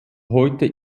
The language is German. heute